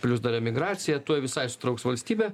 plius dar emigracija tuoj visai sutrauks valstybę